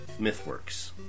MythWorks